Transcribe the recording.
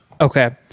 Okay